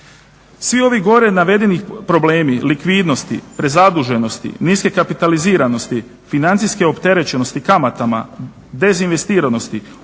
Svi ovi gore navedeni problemi likvidnosti, prezaduženosti, niske kapitaliziranosti, financijske opterećenosti kamatama, dezinvestiranosti